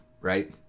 right